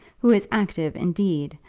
who was active, indeed,